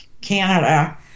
Canada